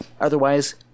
Otherwise